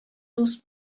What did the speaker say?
дус